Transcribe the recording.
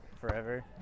forever